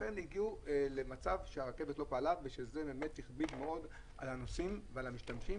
לכן הגיעו למצב שהרכבת לא פעלה וזה הכביד מאוד על הנוסעים ועל המשתמשים.